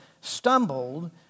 stumbled